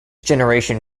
generation